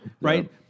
right